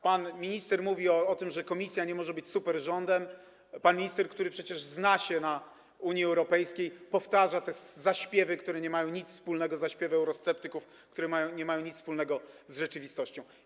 Pan minister mówi o tym, że komisja nie może być superrządem, pan minister, który przecież zna się na Unii Europejskiej, powtarza te zaśpiewy, które nie mają nic wspólnego z zaśpiewem eurosceptyków, nie mają nic wspólnego z rzeczywistością.